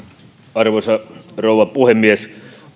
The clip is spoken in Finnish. arvoisa rouva puhemies